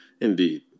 indeed